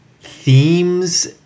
themes